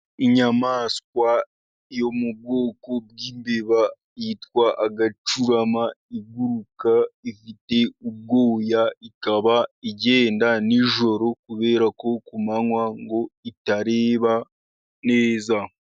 Inyamaswa yo mu bwoko bw'imbeba, yitwa agacurama iguruka, ifite ubwoya ikaba igenda n'ijoro, kubera ko ku manywa ngo itareba neza.